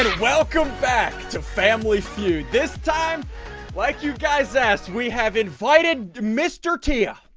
welcome back to family feud this time like you guys asked we have invited mr thea.